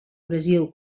brasil